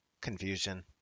confusion